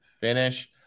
finish